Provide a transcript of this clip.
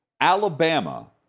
Alabama